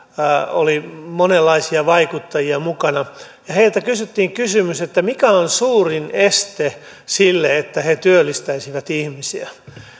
oli monenlaisia vaikuttajia mukana ja heiltä kysyttiin kysymys että mikä on suurin este sille että he työllistäisivät ihmisiä